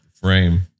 frame